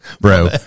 bro